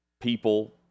people